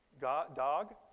Dog